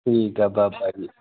ਠੀਕ ਹੈ ਬਾਬਾ ਜੀ